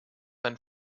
and